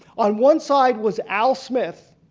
on one side was al smith,